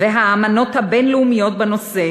והאמנות הבין-לאומיות בנושא,